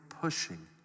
pushing